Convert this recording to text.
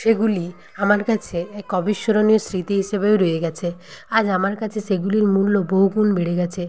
সেগুলি আমার কাছে এক অবিস্মরণীয় স্মৃতি হিসেবেও রয়ে গেছে আজ আমার কাছে সেগুলির মূল্য বহুগুণ বেড়ে গেছে